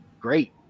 great